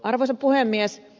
arvoisa puhemies